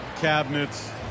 cabinets